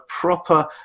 proper